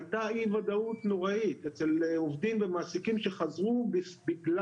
הייתה אי ודאות נוראית אצל עובדים ומעסיקים שחזרו בגלל